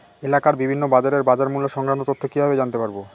এলাকার বিভিন্ন বাজারের বাজারমূল্য সংক্রান্ত তথ্য কিভাবে জানতে পারব?